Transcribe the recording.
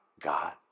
God